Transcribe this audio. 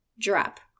drop